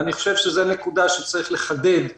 אני חושב שזו נקודה שצריך לחדד ולהדגיש,